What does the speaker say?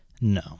No